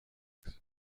phoenix